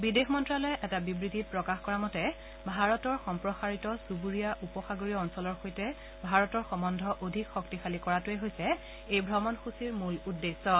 বিদেশ মন্ত্যালয়ে এটা বিবৃতিত প্ৰকাশ কৰা মতে ভাৰতৰ সম্প্ৰসাৰিত চুবুৰীয়া উপ সাগৰীয় অঞ্চলৰ সৈতে ভাৰতৰ সম্বন্ধ অধিক শক্তিশালী কৰাটোৱে হৈছে এই ভ্ৰমণসূচীৰ মূল উদ্দেশ্যে